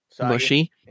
mushy